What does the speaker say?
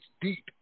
deep